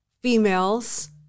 females